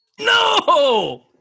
no